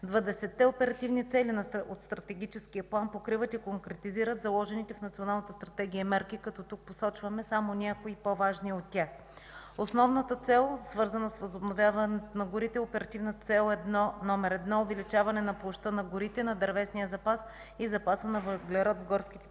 оперативни цели от Стратегическия план покриват и конкретизират заложените в Националната стратегия мерки. Тук посочвам само някои по-важни от тях. Основната цел, свързана с възобновяването на горите, оперативна цел № 1 е увеличаване на площта на горите, на дървесния запас и запаса на въглерод в горските